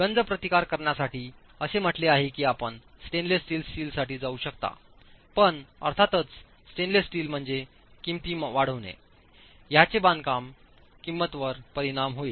गंज प्रतिकार करण्यासाठी असे म्हटले आहे की आपण स्टेनलेसस्टीलसाठीजाऊ शकतापण अर्थातच स्टेनलेस स्टील म्हणजे किंमती वाढवणे ह्याचे बांधकाम किंमत वर परिणाम होईल